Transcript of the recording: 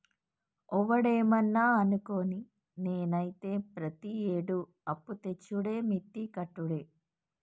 ఒవడేమన్నా అనుకోని, నేనైతే ప్రతియేడూ అప్పుతెచ్చుడే మిత్తి కట్టుడే